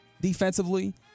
defensively